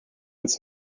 its